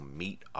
meet